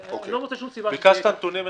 או שהסתירו את זה בתכנון, ואמרו: